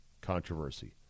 controversy